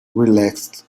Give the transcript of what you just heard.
relaxed